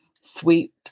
sweet